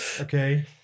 Okay